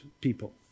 people